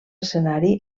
escenari